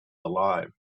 alive